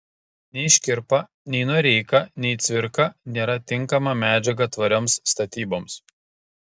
nei škirpa nei noreika nei cvirka nėra tinkama medžiaga tvarioms statyboms